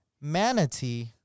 manatee